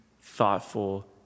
thoughtful